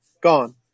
gone